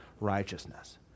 righteousness